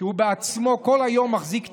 שהוא בעצמו כל היום מחזיק תורה,